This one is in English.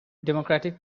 democratic